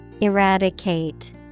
Eradicate